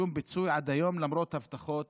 שום פיצוי עד היום, למרות הבטחות